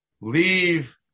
leave